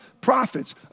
prophets